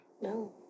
No